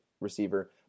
receiver